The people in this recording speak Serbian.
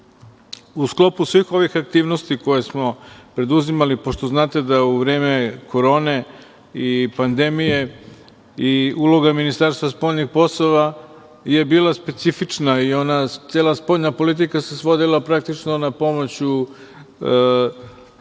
u sklopu svih ovih aktivnosti koje smo preduzimali, pošto znate da je u vreme Korone i pandemije i uloga Ministarstva spoljnih poslova bila specifična i cela spoljna politika se svodila praktično na pomoć u